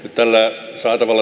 täällä saa tavalla